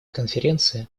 конференции